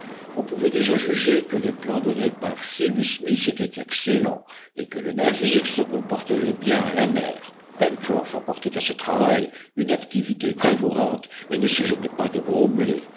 on pouvait déjà juger que les plans donnés par cyrus smith étaient excellents et que le navire se comporterait bien à la mer pencroff apportait à ce travail une activité dévorante et ne se gênait pas de